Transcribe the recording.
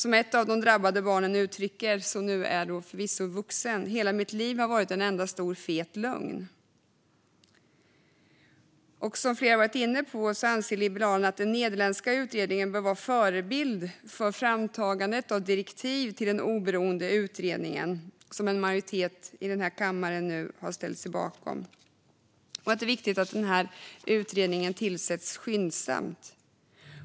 Som ett av de drabbade barnen, som nu är vuxen, uttrycker det: "Hela mitt liv har varit en stor fet lögn." Liberalerna anser liksom flera andra här att den nederländska utredningen bör vara förebild för framtagandet av direktiv till den oberoende utredning som en majoritet i denna kammare nu har ställt sig bakom och att det är viktigt att utredningen tillsätts skyndsamt.